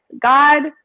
God